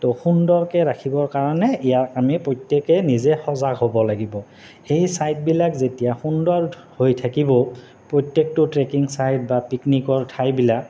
তো সুন্দৰকৈ ৰাখিবৰ কাৰণে ইয়াক আমি প্ৰত্যেকে নিজে সজাগ হ'ব লাগিব সেই ছাইটবিলাক যেতিয়া সুন্দৰ হৈ থাকিব প্ৰত্যেকটো ট্ৰেকিং ছাইট বা পিকনিকৰ ঠাইবিলাক